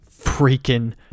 freaking